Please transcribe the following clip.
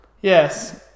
Yes